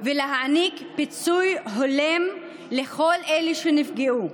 ולהעניק פיצוי הולם לכל אלו שנפגעו.